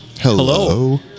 Hello